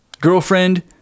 Girlfriend